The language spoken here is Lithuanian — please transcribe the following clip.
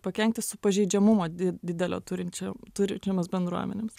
pakenkti su pažeidžiamumo didelio turinčiu turinčiomis bendruomenėmis